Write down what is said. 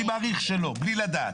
אני מעריך שלא, בלי לדעת.